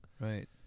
Right